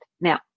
Now